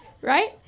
right